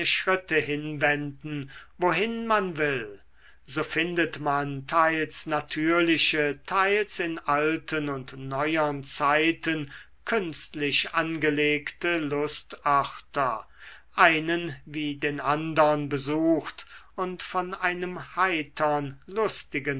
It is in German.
schritte hinwenden wohin man will so findet man teils natürliche teils in alten und neuern zeiten künstlich angelegte lustörter einen wie den andern besucht und von einem heitern lustigen